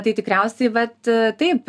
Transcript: tai tikriausiai vat taip